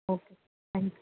okay thank you